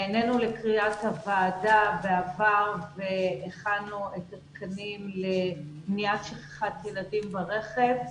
נענינו לקריאת הוועדה בעבר והכנו את התקנים למניעת שכחת ילדים ברכב.